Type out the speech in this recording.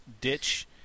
ditch